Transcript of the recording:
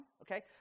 okay